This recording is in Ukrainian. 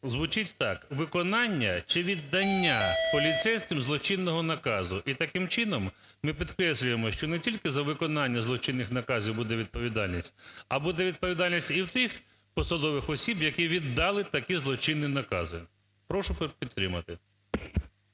звучить так: виконання чи відання поліцейським злочинного наказу. І таким чином ми підкреслюємо, що не тільки за виконання злочинних наказів буде відповідальність, а буде відповідальність і у тих посадових осіб, які віддали такі злочинні накази. Прошу підтримати.